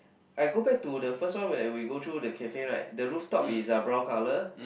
I go back to the first one where we go through the cafe right the rooftop is uh brown colour